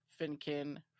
Finkin